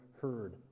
heard